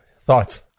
thoughts